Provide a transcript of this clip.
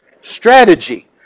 Strategy